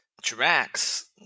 Drax